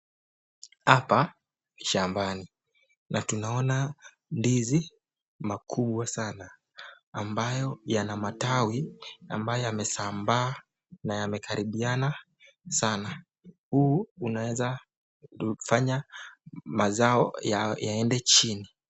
Hapa ni shambani na kuna ndizi makubwa sana ambayo yana matawi ambayo yamezambaa na yamekaribiana sana. Huu unaweza fanya mazao yaende chini.